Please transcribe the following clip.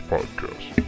Podcast